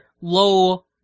low